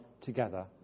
together